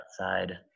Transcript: outside